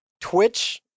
Twitch